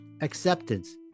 acceptance